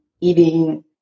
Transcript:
eating